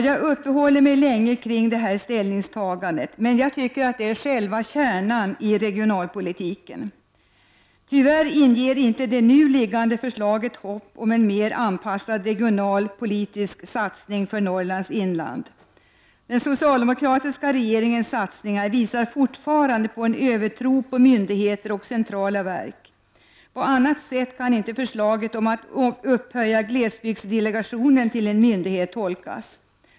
Jag uppehåller mig länge kring detta ställningstagande, men jag tycker att det är själva kärnan i regionalpolitiken. Tyvärr inger det nu liggande förslaget hopp om en mer anpassad regional politisk satsning för Norrlands inland. Den socialdemokratiska regeringens satsningar visar fortfarande på en övertro på myndigheter och centrala verk. På annat sätt kan inte förslaget om att upphöja glesbygdsdelegationen till en myndighet tolkas.